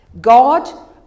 God